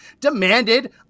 demanded